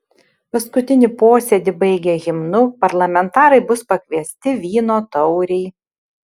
paskutinį posėdį baigę himnu parlamentarai bus pakviesti vyno taurei